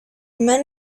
men